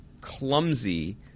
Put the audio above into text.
clumsy –